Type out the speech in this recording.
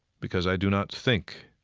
because i do not think